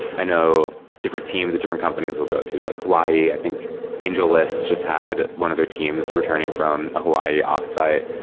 i know different teams at different companies will go to like hawaii. i think angellist just just had one of the teams returning from hawaii offsite.